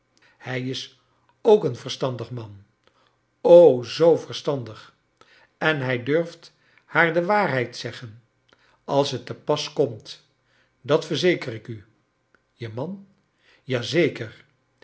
ij is ook een verstandig man o zoo verstandig i en hij durft haar de waarheid zeggen als j t te pas komt dat verzeker ik u je man